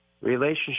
Relationship